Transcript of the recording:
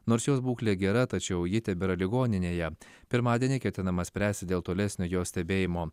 nors jos būklė gera tačiau ji tebėra ligoninėje pirmadienį ketinama spręsti dėl tolesnio jos stebėjimo